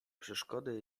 przeszkody